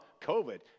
COVID